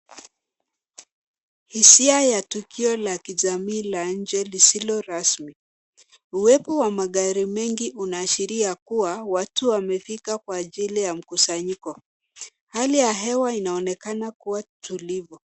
Hisia ya tukio la kijamii la nje lisilo rasmi. Uwepo wa magari mengi unaashiria kuwa watu wamefika kwa ajili ya mkusanyiko. Hali ya hewa inaonekana kuwa tulivu.